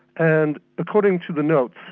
and according to the notes,